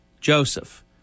Joseph